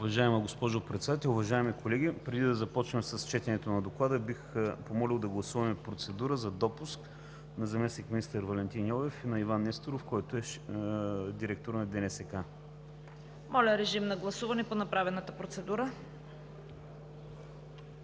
Уважаема госпожо Председател, уважаеми колеги! Преди да започнем с четенето на Доклада, бих помолил да гласуваме процедура за допуск на заместник-министър Валентин Йовев и на Иван Несторов – началник на ДНСК. ПРЕДСЕДАТЕЛ ЦВЕТА КАРАЯНЧЕВА: Моля, режим на гласуване по направената процедура.